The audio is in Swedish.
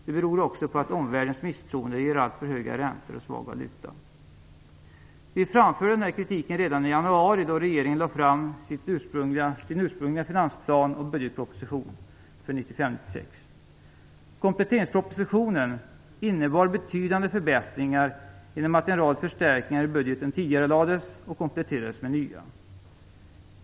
Det beror också på att omvärldens misstroende ger alltför höga räntor och svag valuta. Vi framförde den här kritiken redan i januari, då regeringen lade fram sin ursprungliga finansplan och budgetpropositionen för 1995/96. Kompletteringspropositionen innebar betydande förbättringar, genom att en rad förstärkningar i budgeten tidigarelades och kompletterades med nya.